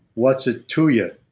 what's it to you?